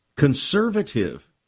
Conservative